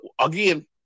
again